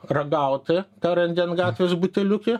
ragauti ką randi ant gatvės buteliuke